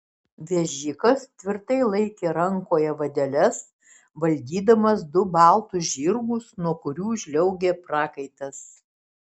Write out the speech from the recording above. vežikas tvirtai laikė rankoje vadeles valdydamas du baltus žirgus nuo kurių žliaugė prakaitas